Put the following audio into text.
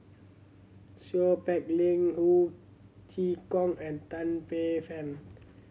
Seow Peck Leng Ho Chee Kong and Tan Paey Fern